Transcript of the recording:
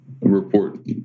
report